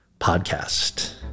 podcast